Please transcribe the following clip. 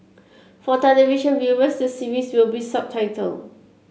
for television viewers the series will be subtitled